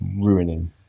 ruining